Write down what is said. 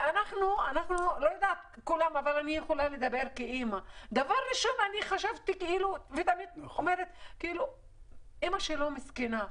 ואני כאימא דבר ראשון חשבתי כמה אימא שלו מסכנה,